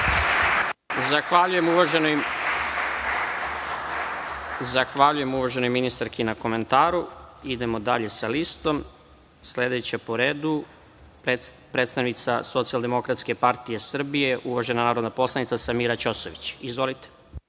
Zahvaljujem uvaženoj ministarki na komentaru. Idemo dalje sa listom. Sledeća po redu predstavnica SDPS uvažena narodna poslanica Samira Ćosović. Izvolite.